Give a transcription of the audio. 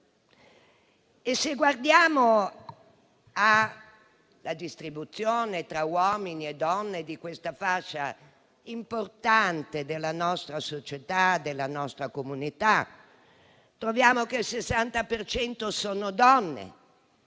Se guardiamo alla distribuzione tra uomini e donne di questa fascia importante della nostra società e della nostra comunità, riscontriamo che il 60 per cento